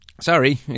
Sorry